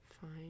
Fine